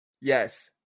Yes